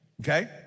okay